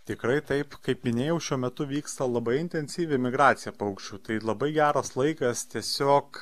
tikrai taip kaip minėjau šiuo metu vyksta labai intensyvi migracija paukščių tai labai geras laikas tiesiog